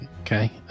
Okay